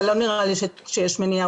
אבל לא נראה לי שיש מניעה,